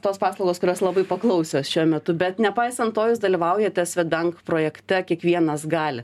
tos paslaugos kurios labai paklausios šiuo metu bet nepaisant to jūs dalyvaujate svedbank projekte kiekvienas gali